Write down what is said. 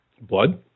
Blood